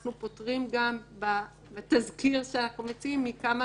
אנחנו פוטרים גם בתסקיר שאנחנו מציעים מכמה